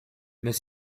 mais